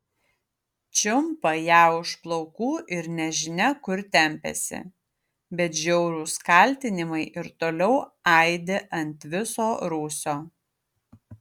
čiumpa ją už plaukų ir nežinia kur tempiasi bet žiaurūs kaltinimai ir toliau aidi ant viso rūsio